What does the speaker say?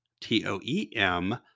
T-O-E-M